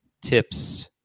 tips